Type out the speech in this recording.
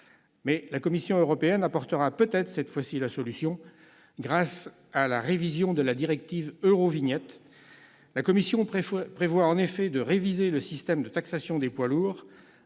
fois, la Commission européenne apportera peut-être la solution, grâce à la révision de la directive « Eurovignette ». Elle prévoit en effet de réviser le système de taxation des poids lourds